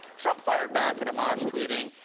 trump fired back at amash tweeting,